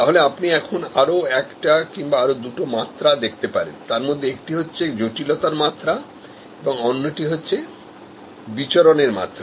তাহলে আপনি এখন আরও একটা কিংবা আরো দুটো মাত্রা দেখতে পারেন তার মধ্যে একটি হচ্ছে জটিলতার মাত্রা এবং অন্যটি হচ্ছে বিচরণ এর মাত্রা